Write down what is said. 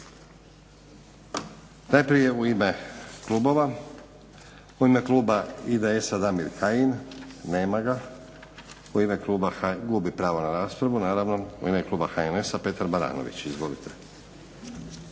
Najprije u ime klubova. U ime kluba IDS-a Damir Kjin. Nema ga, gubi pravo na raspravu. U ime kluba HNS-a Petar Baranović. Izvolite.